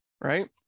right